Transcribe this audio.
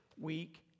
week